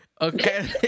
Okay